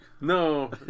No